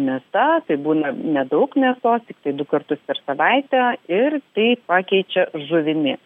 mėsa tai būna nedaug mėsos tiktai du kartus per savaitę ir tai pakeičia žuvimi